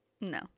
No